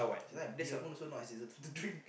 that's why beer also not as easy to drink